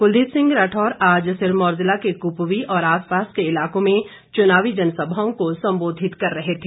कुलदीप सिंह राठौर आज सिरमौर जिला के कुपवी और आसपास के इलाकों में चुनावी जनसभाओं को संबोधित कर रहे थे